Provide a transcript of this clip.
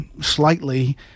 slightly